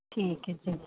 ਠੀਕ ਹੈ ਜੀ